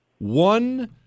One